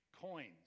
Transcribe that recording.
coins